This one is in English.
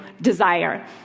desire